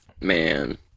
man